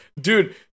dude